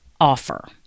offer